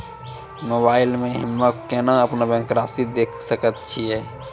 Mobile मे हम्मय केना अपनो बैंक रासि देखय सकय छियै?